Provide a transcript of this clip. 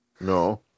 No